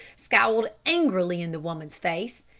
scowled angrily in the woman's face,